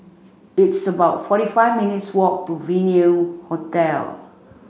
it's about forty five minutes' walk to Venue Hotel